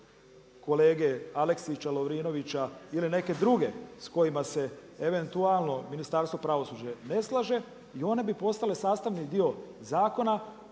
kolege Aleksića, Lovrinovića ili neke druge s kojima se eventualno Ministarstvo pravosuđa ne slaže i one bi postale sastavni dio zakona,